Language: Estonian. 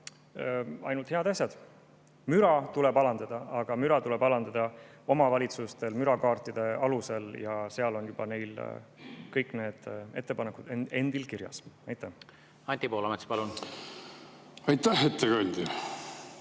ainult head asjad. Müra tuleb alandada, aga müra tuleb alandada omavalitsustel mürakaartide alusel. Seal on juba neil kõik need ettepanekud endil kirjas. Anti Poolamets, palun! Anti